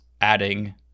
adding